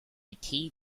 tea